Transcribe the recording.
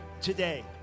today